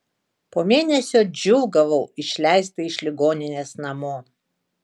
po mėnesio džiūgavau išleista iš ligoninės namo